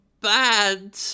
bad